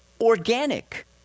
organic